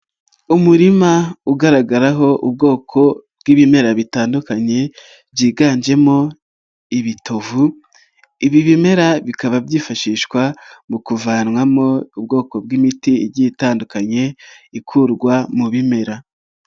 Umurima ugaragaraho ubwoko bw'ibimera bitandukanye byiganjemo ibitovu, ibi bimera bikaba byifashishwa mu kuvanwamo ubwoko bw'imiti igiye itandukanye ikurwa mu bimera.